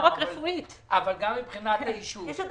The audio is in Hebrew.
אבל גם מבחינת היישוב --- יש עוד